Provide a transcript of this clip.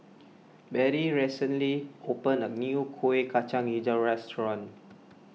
Bettie recently opened a new Kuih Kacang HiJau restaurant